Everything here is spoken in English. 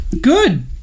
Good